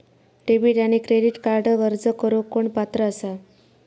Debit आणि credit कार्डक अर्ज करुक कोण पात्र आसा?